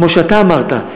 כמו שאתה אמרת,